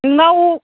नोंनाव